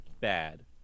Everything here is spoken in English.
bad